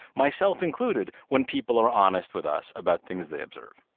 myself included, when people are honest with us about things they observe.